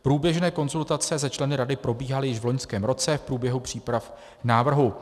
Průběžné konzultace se členy rady probíhaly již v loňském roce v průběhu příprav návrhu.